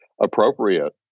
appropriate